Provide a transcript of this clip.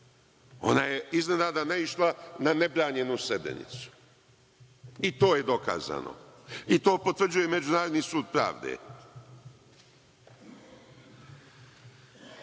Ona je iznenada naišla na nebranjenu Srebrenicu i to je dokazano i to potvrđuje i Međunarodni sud pravde. Dalje,